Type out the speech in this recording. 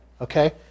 okay